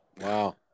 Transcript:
Wow